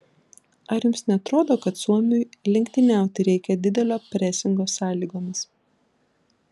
ar jums neatrodo kad suomiui lenktyniauti reikia didelio presingo sąlygomis